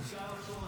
יש לי איתה ויכוח.